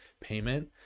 payment